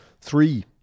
Three